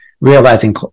realizing